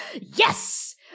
Yes